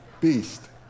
beast